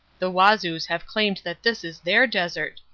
the wazoos have claimed that this is their desert.